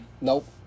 Nope